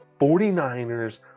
49ers